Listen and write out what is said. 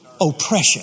oppression